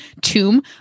tomb